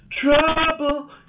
trouble